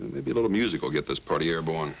maybe a little musical get this party airborne